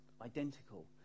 identical